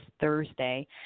Thursday